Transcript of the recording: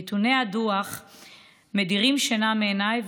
נתוני הדוח מדירים שינה מעיניי,